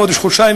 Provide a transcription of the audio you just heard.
חודש-חודשיים,